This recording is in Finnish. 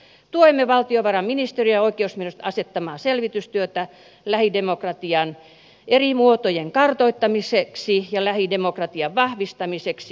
tuemme valtiovarainministeriön ja oikeusministeriön asettamaa selvitystyötä lähidemokratian eri muotojen kartoittamiseksi ja lähidemokratian vahvistamiseksi